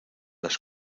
las